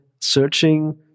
searching